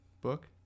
Book